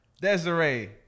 Desiree